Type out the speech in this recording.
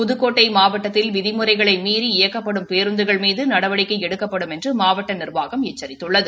புதுக்கோட்டை மாவட்டத்தில் விதிமுறைகளை மீறி இயக்கப்படும் பேருந்துகள் மீது நடவடிக்கை எடுக்கப்படும் என்று மாவட்ட நிர்வாகம் எச்சித்துள்ளது